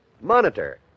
Monitor